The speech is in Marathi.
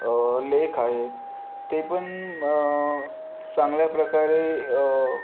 लेख आहेत ते पण चांगल्याप्रकारे